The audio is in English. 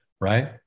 right